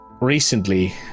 Recently